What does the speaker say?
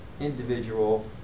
individual